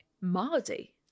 Mardi